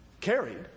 Carried